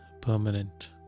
permanent